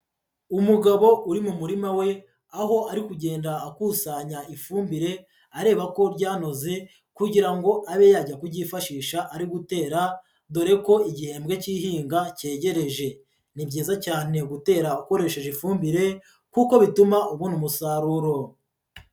Umugabo uri mu murima we, aho ari kugenda akusanya ifumbire, areba ko ryanoze kugira ngo abe yajya kuryifashisha ari gutera, dore ko igihembwe cyihinga cyegereje. Ni byiza cyane gutera ukoresheje ifumbire kuko bituma ubona umusaruro.